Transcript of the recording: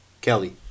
Kelly